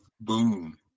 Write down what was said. Boom